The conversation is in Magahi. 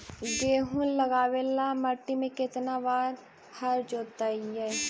गेहूं लगावेल मट्टी में केतना बार हर जोतिइयै?